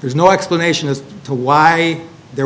there's no explanation as to why there